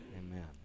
Amen